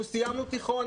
אנחנו סיימנו תיכון,